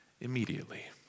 immediately